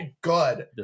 good